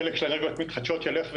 חלק של האנרגיות המתחדשות יילך ויגדל,